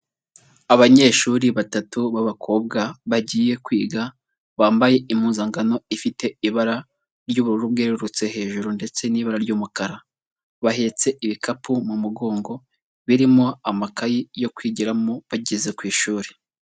Abanyeshuri batatu b'abakobwa bagiye kwiga, bambaye impuzangano ifite ibara ry'ubururu bwerurutse hejuru ndetse n'ibara ry'umukara, bahetse ibikapu mu mugongo birimo amakayi yo kwigiramo bageze ku ishuri.